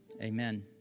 Amen